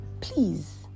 please